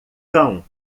cão